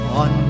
on